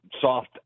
soft